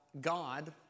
God